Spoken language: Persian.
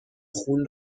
خون